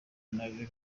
gor